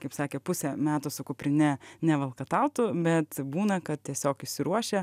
kaip sakė pusę metų su kuprine nevalkatautų bet būna kad tiesiog išsiruošia